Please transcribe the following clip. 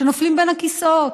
שנופלים בין הכיסאות,